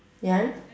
ya